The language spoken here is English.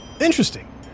Interesting